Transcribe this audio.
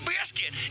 Biscuit